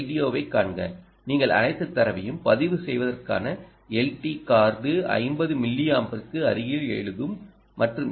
ஓ வைக் காண்க நீங்கள் அனைத்து தரவையும் பதிவு செய்வதற்கான எஸ்டி கார்டு 50 மில்லியாம்பருக்கு அருகில் எழுதும் மற்றும் எல்